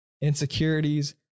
insecurities